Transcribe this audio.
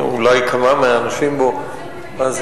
אולי כמה מהאנשים בו מאזינים.